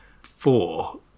four